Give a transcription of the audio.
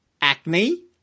Acne